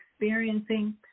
experiencing